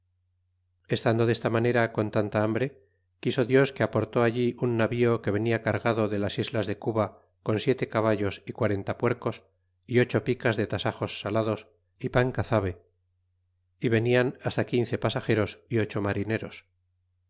estando desta manera con tanta hambre quiso dios que aportó allí un navío que venia cargado de las islas de cuba con siete caballos y quarenta puercos y ocho picas de tasajos salados y pan cazabe y venian hasta quince pasageros y ocho marineros